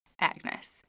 Agnes